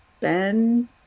Ben